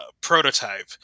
prototype